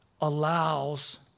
allows